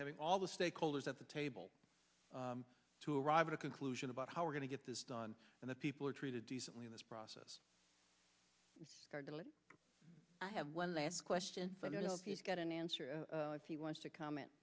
having all the stakeholders at the table to arrive at a conclusion about how we're going to get this done and the people are treated decently in this process i have one last question for you know if you've got an answer he wants to comment